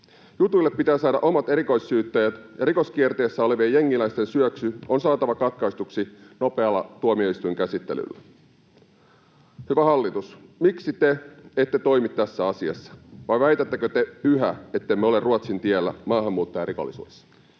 Jutuille pitää saada omat erikoissyytteet, ja rikoskierteessä olevien jengiläisten syöksy on saatava katkaistuksi nopealla tuomioistuinkäsittelyllä. Hyvä hallitus, miksi te ette toimi tässä asiassa, vai väitättekö te yhä, ettemme ole Ruotsin tiellä maahanmuuttajarikollisuudessa?